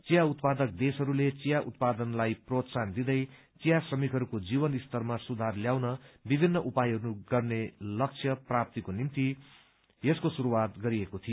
चिया उत्पादक देशहस्ते चिया उत्पादनलाई प्रोत्साहन दिँदै चिया श्रमिकहरूको जीवन स्तरमा सुधार ल्याउन विभित्र उपायहरू गर्ने लक्ष्य प्राप्तिको निम्ति यसको शुरूआत गरिएको थियो